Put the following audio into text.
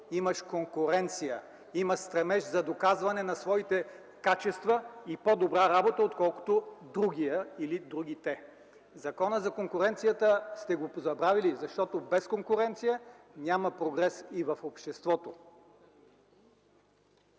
имаш конкуренция, имаш стремеж за доказване на своите качества и по-добра работа, отколкото другия или другите. Законът за конкуренцията сте забравили, защото без конкуренция няма прогрес и в обществото.